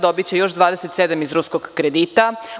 Dobiće još 27 iz ruskog kredita.